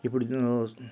ఇప్పుడు